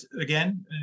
again